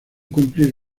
cumplir